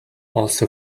also